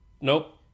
Nope